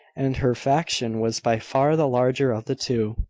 and her faction was by far the larger of the two.